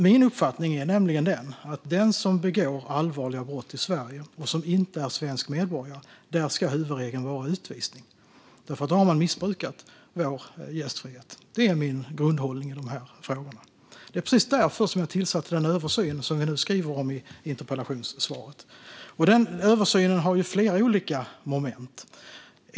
Min uppfattning är nämligen att för den som begår allvarliga brott i Sverige och inte är svensk medborgare ska huvudregeln vara utvisning. Då har man nämligen missbrukat vår gästfrihet. Det är min grundhållning i de här frågorna. Det var precis därför vi tillsatte den översyn som jag skriver om i interpellationssvaret. Denna översyn har flera olika moment.